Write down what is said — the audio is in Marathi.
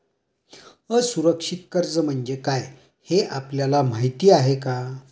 असुरक्षित कर्ज म्हणजे काय हे आपल्याला माहिती आहे का?